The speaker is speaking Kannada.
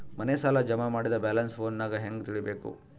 ಮನೆ ಸಾಲ ಜಮಾ ಮಾಡಿದ ಬ್ಯಾಲೆನ್ಸ್ ಫೋನಿನಾಗ ಹೆಂಗ ತಿಳೇಬೇಕು?